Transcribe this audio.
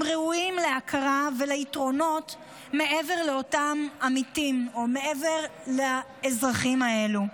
הם ראויים להכרה וליתרונות מעבר לאותם עמיתים או מעבר לאזרחים האלה.